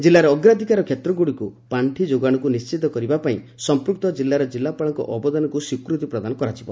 ଜିଲ୍ଲାର ଅଗ୍ରାଧିକାର କ୍ଷେତ୍ରଗୁଡ଼ିକୁ ପାର୍ଷି ଯୋଗାଣକୁ ନିଶ୍ଚିତ କରିବା ପାଇଁ ସମ୍ପୃକ୍ତ ଜିଲ୍ଲାର ଜିଲ୍ଲାପାଳଙ୍କ ଅବଦାନକୁ ସ୍ୱୀକୃତି ପ୍ରଦାନ କରାଯିବ